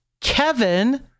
Kevin